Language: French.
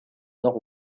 nord